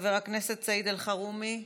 חבר הכנסת סעיד אלחרומי,